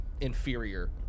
inferior